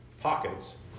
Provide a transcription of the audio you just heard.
pockets